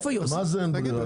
מה זה אין בררה?